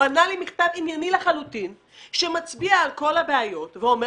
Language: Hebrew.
הוא ענה לי במכתב ענייני לחלוטין שמצביע על כל הבעיות ואומר,